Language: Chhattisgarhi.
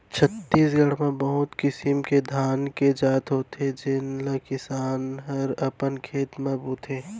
छत्तीसगढ़ म बहुत किसिम के धान के जात होथे जेन ल किसान हर अपन खेत म बोथे